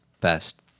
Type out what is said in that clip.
best